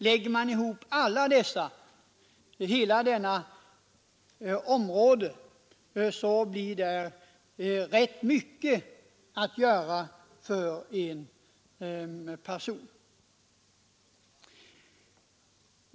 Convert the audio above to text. Lägger man ihop hela detta område blir det rätt mycket att göra för en person.